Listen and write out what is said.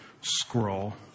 scroll